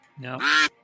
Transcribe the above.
No